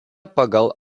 pagal